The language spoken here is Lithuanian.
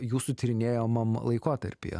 jūsų tyrinėjamam laikotarpyje